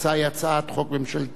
ההצעה היא הצעת חוק ממשלתית.